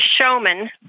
showman